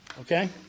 Okay